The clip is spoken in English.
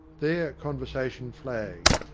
there conversation flagged,